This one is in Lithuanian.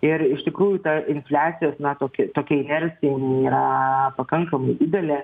ir iš tikrųjų ta infliacijos na toki tokia inercija jinai yra pakankamai didelė